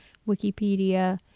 wikipedia,